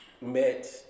Met